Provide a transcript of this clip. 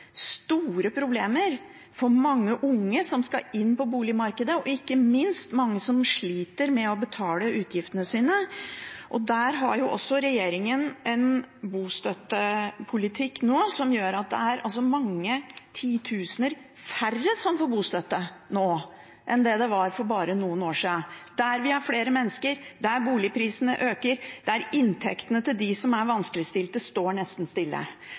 store problemer for mange unge som skal inn på boligmarkedet, og ikke minst mange som sliter med å betale utgiftene sine. Og regjeringen har nå en bostøttepolitikk som gjør at det er mange titusener færre som får bostøtte nå, enn det var for bare noen år siden – der vi er flere mennesker, der boligprisene øker, der inntektene til dem som er vanskeligstilte, står nesten stille.